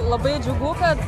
labai džiugu kad